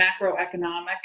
macroeconomic